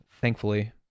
thankfully